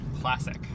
Classic